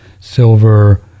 silver